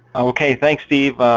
okay thanks steve.